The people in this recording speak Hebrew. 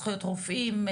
זכויות רופאים?